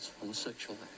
homosexual